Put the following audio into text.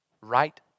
right